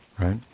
right